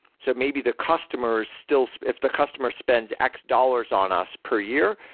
so maybe the customer is still if the customer spends x-dollars on us per year,